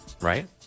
right